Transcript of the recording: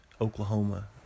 Oklahoma